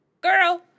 girl